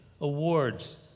awards